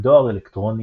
דואר אלקטרוני,